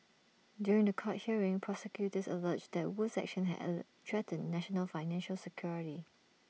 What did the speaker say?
during The Court hearing prosecutors alleged that Wu's actions had L threatened national financial security